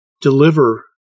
deliver